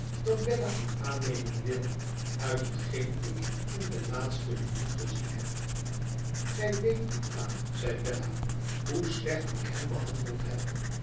dat bella u aannemen wil uit hetgeen ik in de laatste minuut gezien heb igij weet niet pa zei bella ihoe slecht ik hem behandeld heb